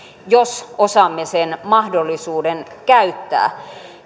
jos osaamme sen mahdollisuuden käyttää